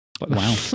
Wow